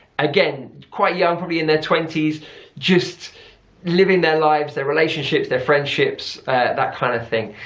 again quite young, probably in their twenties just living their lives, their relationships, their friendships that kind of thing.